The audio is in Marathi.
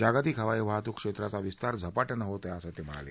जागतिक हवाई वाहतूक क्षेत्राचा विस्तार झपाट्यानं होत आहे असं ते म्हणाले